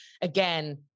again